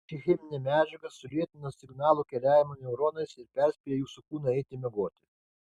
ši cheminė medžiaga sulėtina signalų keliavimą neuronais ir perspėja jūsų kūną eiti miegoti